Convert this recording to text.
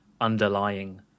underlying